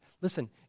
Listen